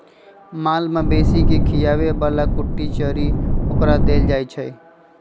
माल मवेशी के खीयाबे बला कुट्टी चरी ओकरा देल जाइ छै